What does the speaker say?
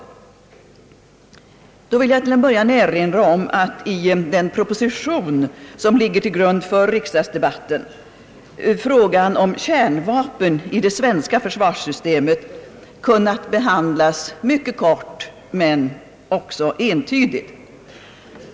Jag vill erinra om att i den proposition som ligger till grund för riksdagsdebatten frågan om kärnvapen i det svenska försvarssystemet kunnat behandlas mycket kort men också entydigt.